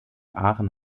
aachen